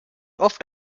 oft